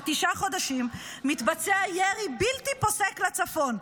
תשעה חודשים מתבצע ירי בלתי פוסק לצפון,